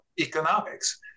economics